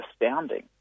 astounding